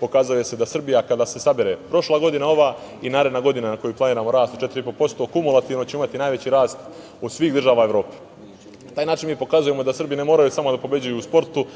pokazuje da će Srbija, kada se sabere prošla godina i ova i naredna godina za koju planiramo rast za 4,5%, kumulativno imati najveći rast od svih država Evrope. Na taj način mi pokazujemo da Srbi ne moraju da pobeđuju samo u sportu